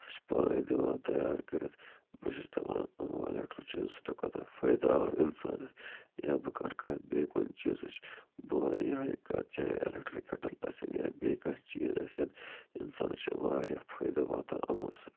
سُہ چھُ پانے دِوان تیار کٔرِتھ بہٕ چھُس دِپان یِمو ایٚلیٚکڑٕک چیٖزو سۭتۍ کۄتاہ فٲیدٕ آو اِنسانس یا بہٕ کَر کَر بیٚیہِ کُنہِ چیٖزٕچ بہٕ وَن یہے کَتھ چاہیے ایٚلیٚکٹٕرک کٮ۪ٹٕلۍ ٲسِنۍ یا بیٚیہِ کانٛہہ چیٖز ٲسِنۍ اِنسانس چھُ وارِیاہ فٲیدٕ وَتان یِمو سۭتۍ